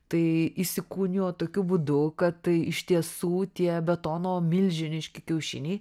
tai įsikūnijo tokiu būdu kad iš tiesų tie betono milžiniški kiaušiniai